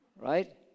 right